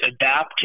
adapt